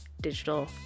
digital